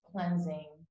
cleansing